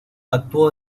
actuó